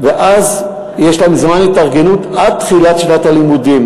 ואז יש להם זמן התארגנות עד תחילת שנת הלימודים,